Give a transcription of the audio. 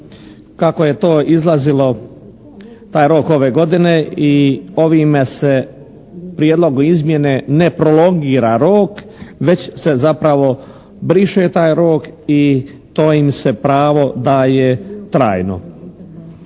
Kako je to izlazilo taj rok ove godine i ovime se prijedlogu izmjene ne prolongira rok već se zapravo briše taj rok i to im se pravo daje trajno.